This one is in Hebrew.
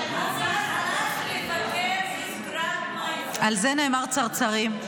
על זה נאמר צרצרים.